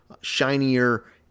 shinier